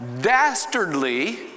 dastardly